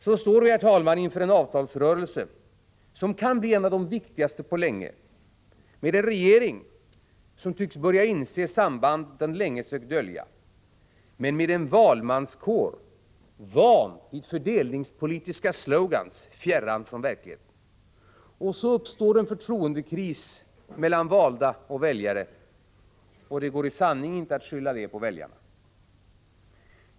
Så står vi, herr talman, inför en avtalsrörelse som kan bli en av de viktigaste på länge, med en regering som tycks börja inse samband som den länge sökt dölja men med en valmanskår van vid fördelningspolitiska slogans fjärran från verkligheten. Så uppstår en förtroendekris mellan valda och väljare, och det går i sanning inte att skylla det på väljarna.